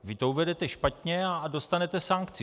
Vy to uvedete špatně a dostanete sankci.